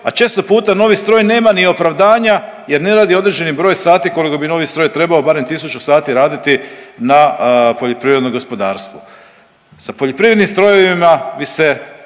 a često puta novi stroj nema ni opravdanja jer ne radi određeni broj sati koliko bi novi stroj trebao barem tisuću sati raditi na poljoprivrednom gospodarstvu. Sa poljoprivrednim strojevima bi se